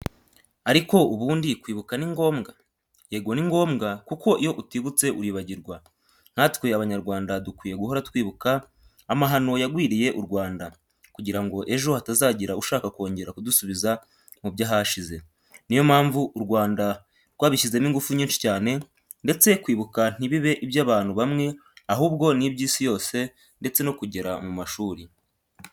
Ariko ubundi kwibuka ni ngombwa? Yego ni ngombwa kuko iyo utibutse uribagirwa. Nkatwe Abanyarwanda dukwiye guhora twibuka amahano yagwiriye u Rwanda, kugira ngo ejo hatazagira ushaka kongera kudusubiza mu byahashize. Niyo mpamvu u Rwanda rwabishyizemo ingufu nyinshi cyane ndetse kwibuka ntibibe iby'abantu bamwe, ahubwo ni iby'Isi yose ndetse no kugera mu mashuri.